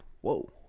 Whoa